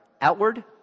outward